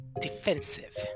defensive